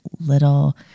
little